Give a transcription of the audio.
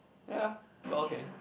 ya but okay